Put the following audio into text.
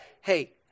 Hey